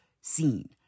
seen